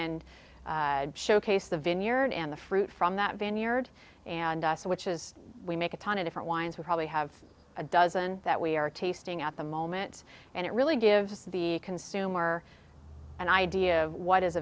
and showcase the vineyard and the fruit from that vineyard and switches we make a ton of different wines we probably have a dozen that we are tasting at the moment and it really gives the consumer an idea of what is